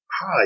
Hi